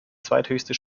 zweithöchste